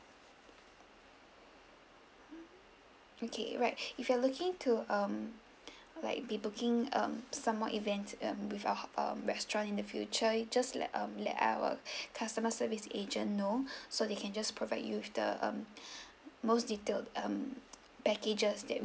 okay right if you're looking to um like be booking um some more events um with our ho~ um restaurant in the future you just let um let our customer service agent know so they can just provide you with the um most detailed um packages that